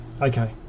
Okay